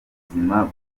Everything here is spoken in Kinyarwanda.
y’ubuzima